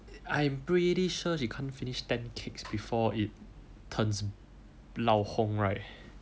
I'm pretty sure she can't finish ten cakes before it turns lao hong right